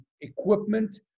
equipment